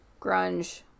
grunge